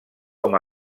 com